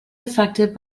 affected